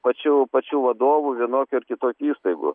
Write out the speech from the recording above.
pačių pačių vadovų vienokių ar kitokių įstaigų